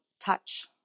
touch